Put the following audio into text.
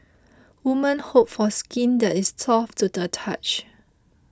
woman hope for skin that is soft to the touch